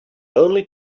only